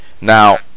Now